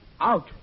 Out